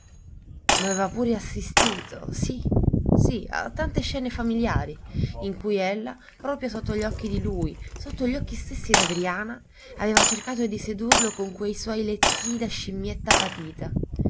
aveva pure assistito sì sì a tante scene familiari in cui ella proprio sotto gli occhi di lui sotto gli occhi stessi d'adriana aveva cercato di sedurlo con quei suoi lezii da scimmietta patita